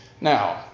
Now